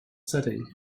setting